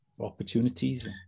Opportunities